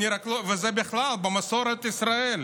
וזה בכלל במסורת ישראל.